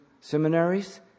seminaries